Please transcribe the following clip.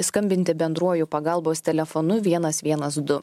skambinti bendruoju pagalbos telefonu vienas vienas du